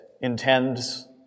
intends